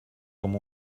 com